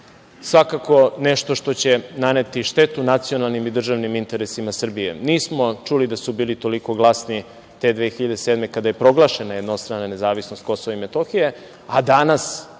svakako nešto što će naneti štetu nacionalnim i državnim interesima Srbije. Nismo čuli da su bili toliko glasni, te 2007. godine kada je proglašena jednostrana nezavisnost Kosova i Metohije, a danas